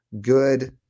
good